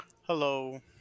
Hello